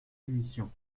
émissions